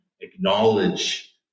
acknowledge